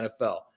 nfl